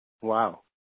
Wow